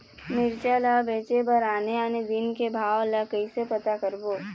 मिरचा ला बेचे बर आने आने दिन के भाव ला कइसे पता करबो?